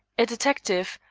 a detective,